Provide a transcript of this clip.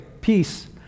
peace